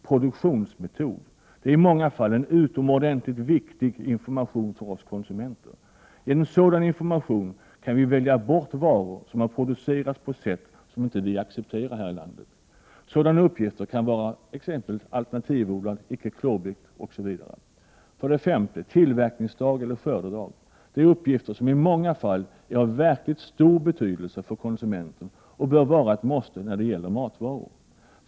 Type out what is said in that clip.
Produktionsmetod är i många fall en utomordentligt viktig information för oss konsumenter. Genom sådan information kan vi välja bort varor som har producerats på sätt som vi inte accepterar här i landet. Sådana uppgifter kan vara ”alternativodlad”, ”icke klorblekt” osv. «5. Tillverkningsdag eller skördedag är uppgifter som i många fall är av verkligt stor betydelse för konsumenten och bör vara ett måste när det gäller matvaror.